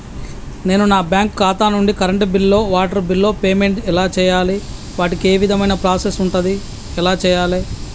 నేను నా బ్యాంకు ఖాతా నుంచి కరెంట్ బిల్లో వాటర్ బిల్లో పేమెంట్ ఎలా చేయాలి? వాటికి ఏ విధమైన ప్రాసెస్ ఉంటది? ఎలా చేయాలే?